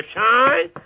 shine